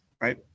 right